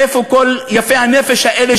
איפה כל יפי הנפש האלה,